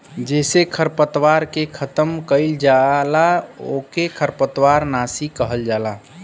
जेसे खरपतवार के खतम कइल जाला ओके खरपतवार नाशी कहल जाला